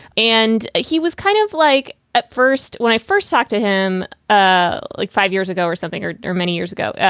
and he was kind of like at first when i first talked to him ah like five years ago or something or or many years ago, yeah